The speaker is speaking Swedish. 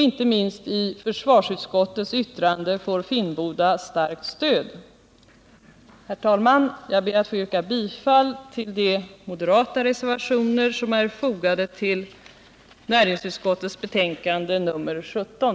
Inte minst i försvarsutskottets yttrande får Finnboda starkt stöd. Herr talman! Jag ber att få yrka bifall till de moderata reservationer som är fogade vid näringsutskottets betänkande nr 17.